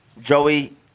Joey